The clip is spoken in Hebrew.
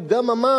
הוא גם אמר: